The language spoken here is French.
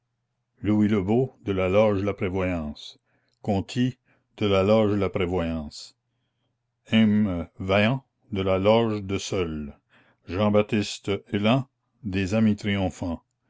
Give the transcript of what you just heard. louis lebeau de la loge la prévoyance conty de la loge la prévoyance emm vaillant de la loge de seules jean-baptiste elin des amis triomphants